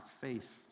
faith